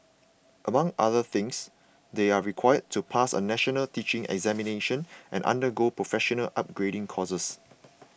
among other things they are required to pass a national teaching examination and undergo professional upgrading courses